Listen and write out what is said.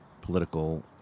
political